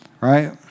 right